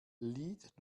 lied